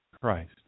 Christ